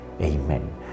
Amen